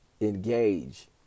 engage